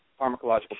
pharmacological